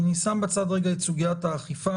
אני שם בצד לרגע את סוגיית האכיפה,